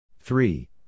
Three